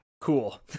cool